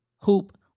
Hoop